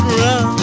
run